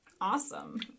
awesome